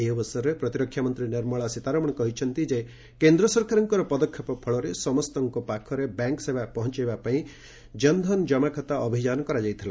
ଏହି ଅବସରରେ ପ୍ରତିରକ୍ଷାମନ୍ତ୍ରୀ ନିର୍ମଳା ସୀତାରମଣ କହିଛନ୍ତି ଯେ କେନ୍ଦ୍ର ସରକାରଙ୍କର ପଦକ୍ଷେପ ଫଳରେ ସମସ୍ତଙ୍କ ପାଖରେ ବ୍ୟାଙ୍କ ସେବା ପହଞ୍ଚାଇବା ପାଇଁ ଜନ୍ଧନ୍ ଜମାଖାତା ଅଭିଯାନ କରାଯାଇଥିଲା